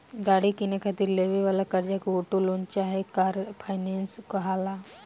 गाड़ी किने खातिर लेवे वाला कर्जा के ऑटो लोन चाहे कार फाइनेंस कहाला